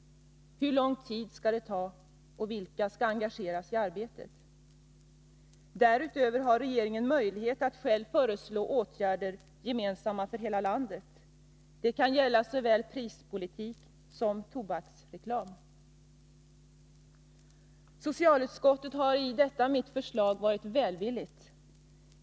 Hur lång tid skall det ta? Vilka skall engageras i arbetet? Därutöver har regeringen möjlighet att själv föreslå åtgärder gemensamma för hela landet. Det kan gälla såväl prispolitik som tobaksreklam. Socialutskottet har beträffande detta mitt förslag varit välvilligt.